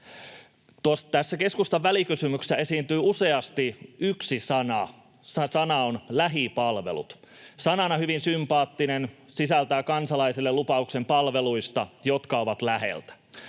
Tässä keskustan välikysymyksessä esiintyy useasti yksi sana. Se sana on ”lähipalvelut”. Se on sanana hyvin sympaattinen ja sisältää kansalaisille lupauksen palveluista, jotka ovat lähellä,